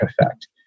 effect